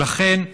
ולכן,